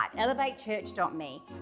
elevatechurch.me